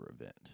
event